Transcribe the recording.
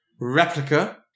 replica